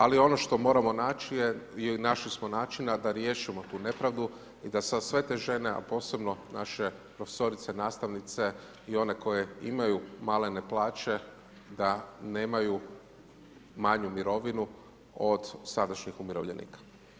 Ali ono što moramo naći je, i našli smo načina, da riješimo tu nepravdu i da se sve te žene, a posebno naše profesorice, nastavnice i one koje imaju malene plaće da nemaju manju mirovinu od sadašnjih umirovljenika.